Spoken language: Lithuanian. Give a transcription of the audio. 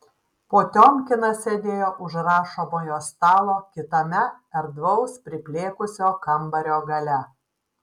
potiomkinas sėdėjo už rašomojo stalo kitame erdvaus priplėkusio kambario gale